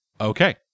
Okay